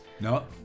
No